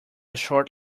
short